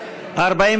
ועדת הכנסת נתקבלה.